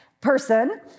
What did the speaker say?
person